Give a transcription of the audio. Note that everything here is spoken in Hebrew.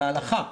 להלכה,